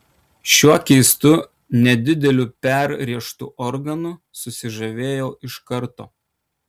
šiuo keistu nedideliu perrėžtu organu susižavėjau iš karto